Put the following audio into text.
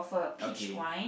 okay